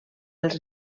els